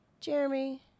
Jeremy